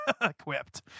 equipped